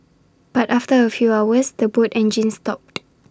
but after A few hours the boat engines stopped